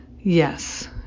Yes